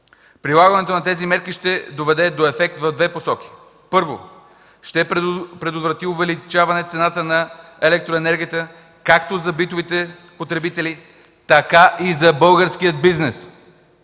Прилагането на тези мерки ще доведе до ефект в две посоки. Първо, ще предотврати увеличаване цената на електроенергията както за битовите потребители, така и за българския бизнес,